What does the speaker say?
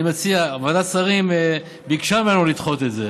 ועדת שרים ביקשה ממנו לדחות את זה